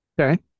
Okay